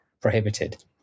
prohibited